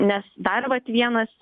nes dar vat vienas